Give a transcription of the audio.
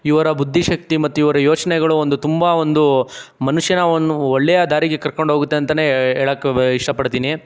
ಇವರ ಬುದ್ದಿಶಕ್ತಿ ಮತ್ತು ಇವರ ಯೋಚನೆಗಳು ಒಂದು ತುಂಬ ಒಂದು ಮನುಷ್ಯನನ್ನು ಒಳ್ಳೆಯ ದಾರಿಗೆ ಕರಕೊಂಡು ಹೋಗುತ್ತೆ ಅಂತನೆ ಹೇಳೋಕ್ಕೆ ಇಷ್ಟಪಡ್ತೀನಿ